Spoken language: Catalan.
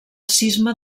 cisma